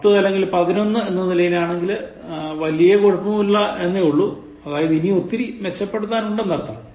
10 അല്ലെങ്കിൽ 11 എന്ന നിലയിലാണെങ്കിൽ വലിയ കുഴപ്പമില്ല എന്നേയുള്ളു അതായത് ഇനിയും ഒത്തിരി മെച്ചപ്പെടുതാനുണ്ട് എന്നർത്ഥം